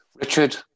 Richard